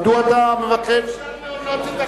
מדוע אתה מבקש, איך אפשר להונות את הכנסת?